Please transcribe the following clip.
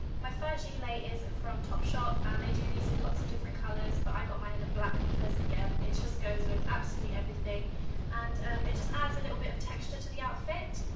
my fur gilet like is from topshop and they do these in lots of different colors but i got mine in the black because again, it just goes with absolutely everything and it just adds a little bit of texture to the outfit.